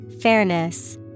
fairness